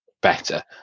better